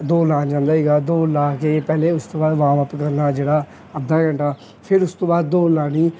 ਦੌੜ ਲਾਉਣ ਜਾਂਦਾ ਸੀਗਾ ਦੌੜ ਲਾ ਕੇ ਪਹਿਲੇ ਉਸ ਤੋਂ ਬਾਅਦ ਵਾਰਮ ਅੱਪ ਕਰਨਾ ਜਿਹੜਾ ਅੱਧਾ ਘੰਟਾ ਫਿਰ ਉਸ ਤੋਂ ਬਾਅਦ ਦੌੜ ਲਾਉਣੀ